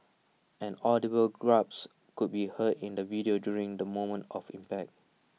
an audible could be heard in the video during the moment of impact